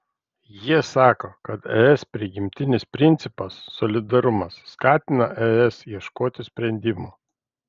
jie sako kad es prigimtinis principas solidarumas skatina es ieškoti sprendimų